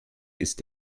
ist